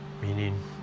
meaning